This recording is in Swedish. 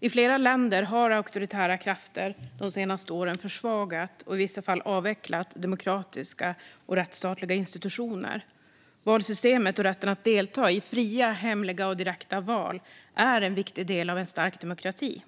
I flera länder har auktoritära krafter de senaste åren försvagat och i vissa fall avvecklat demokratiska och rättsstatliga institutioner. Valsystemet och rätten att delta i fria, hemliga och direkta val är en viktig del av en stark demokrati.